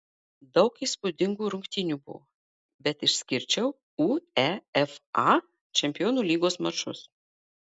daug įspūdingų rungtynių buvo bet išskirčiau uefa čempionų lygos mačus